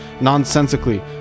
nonsensically